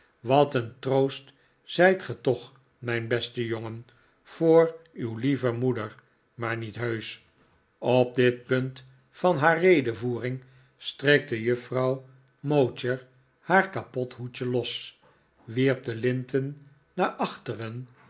wat een troost zijt ge toch mijn beste jongen vooi uw lieve moeder maar niet heusch op dit punt van haar redevoering strikte juffrouw mowcher haar kapothoedje los r wierp de linten naar achteren